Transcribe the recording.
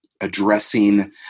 addressing